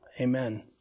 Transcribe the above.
Amen